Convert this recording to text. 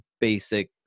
basic